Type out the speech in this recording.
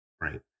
right